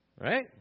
Right